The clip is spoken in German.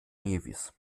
nevis